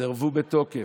סירבו בתוקף.